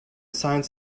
signs